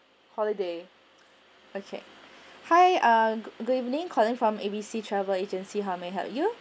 holiday okay hi um good good evening calling calling from A B C travel agency how may I help you